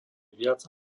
viac